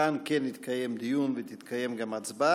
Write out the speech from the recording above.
כאן כן יתקיים דיון, ותתקיים גם הצבעה.